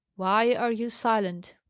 why are you silent?